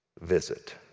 visit